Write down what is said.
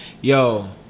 Yo